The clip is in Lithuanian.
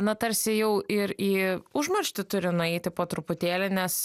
na tarsi jau ir į užmarštį turi nueiti po truputėlį nes